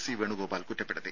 C Venugopal കുറ്റപ്പെടുത്തി